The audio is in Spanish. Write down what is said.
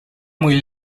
muy